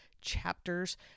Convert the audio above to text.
chapters